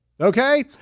Okay